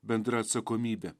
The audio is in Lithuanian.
bendra atsakomybė